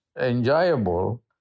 enjoyable